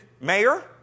mayor